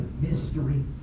mystery